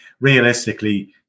realistically